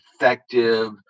effective